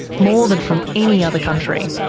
more than from any other country.